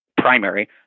primary